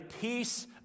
peace